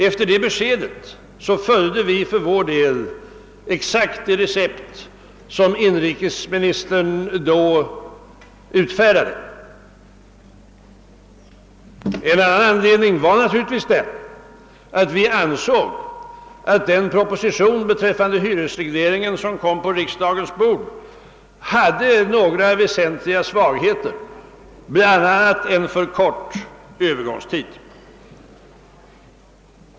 Efter det beskedet följde vi för vår del exakt det recept som inrikesministern sålunda utfärdat. En annan omständighet var naturligtvis att vi ansåg den proposition om hyresreglering som lades på riksdagens bord vara behäftad med en del väsentliga svagheter, bl.a. för kort övergångstid.